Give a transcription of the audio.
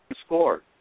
score